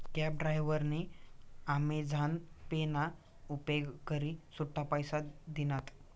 cab डायव्हरनी Amazon पे ना उपेग करी सुट्टा पैसा दिनात